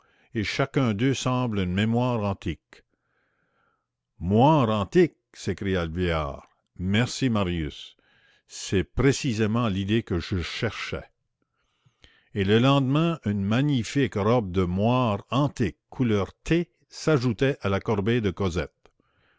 et chacun d'eux semble une mémoire antique moire antique s'écria le vieillard merci marius c'est précisément l'idée que je cherchais et le lendemain une magnifique robe de moire antique couleur thé s'ajoutait à la corbeille de cosette